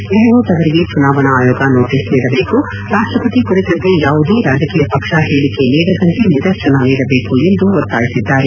ಗೆಹಲೋಟ್ ಅವರಿಗೆ ಚುನಾವಣಾ ಆಯೋಗ ನೋಟಸ್ ನೀಡಬೇಕು ರಾಷ್ಷಪತಿ ಕುರಿತಂತೆ ಯಾವುದೇ ರಾಜಕೀಯ ಪಕ್ಸ ಹೇಳಿಕೆ ನೀಡದಂತೆ ನಿರ್ದೇಶನ ನೀಡಬೇಕು ಎಂದು ಒತ್ತಾಯಿಸಿದ್ದಾರೆ